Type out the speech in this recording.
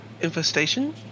Infestation